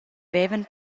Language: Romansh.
vevan